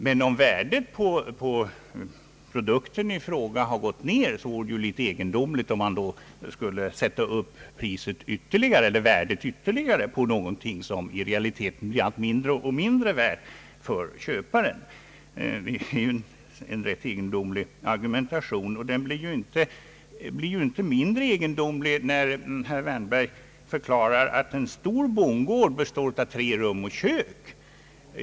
Men om värdet på produkten i fråga har gått ned vore det ändå egendomligt om man skulle sätta upp värdet ytterligare på något som i realiteten blir allt mindre och mindre värt för köparen. Denna egendomliga argumentation blir inte mindre egendomlig, när herr Wärnberg förklarar att en stor bondgård består av tre rum och kök.